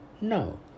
No